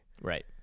right